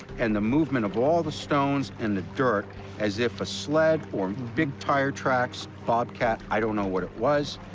and the movement of all the stones and the dirt as if a sled or big tire tracks, bobcat i don't know what it was,